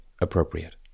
appropriate